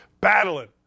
battling